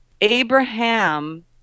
Abraham